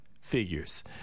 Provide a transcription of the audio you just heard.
figures